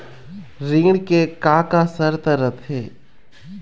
ऋण के का का शर्त रथे?